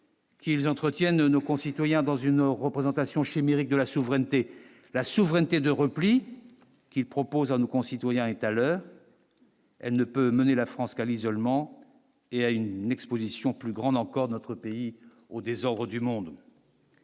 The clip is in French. Qu'ils entretiennent nos concitoyens dans une représentation chimérique de la souveraineté, la souveraineté de repli qui propose à nos concitoyens est à l'heure, elle ne peut mener la France qu'à l'isolement et à une Exposition plus grande encore notre pays aux désordres du monde.